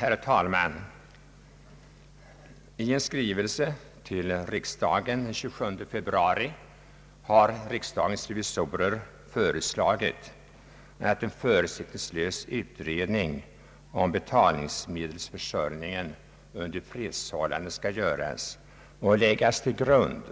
Herr talman! I en skrivelse till riksdagen den 27 februari i år har riksdagens revisorer föreslagit, att en förutsättningslös utredning om betalningsmedelsförsörjningen under fredsförhållanden skall göras och läggas till grund